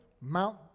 mount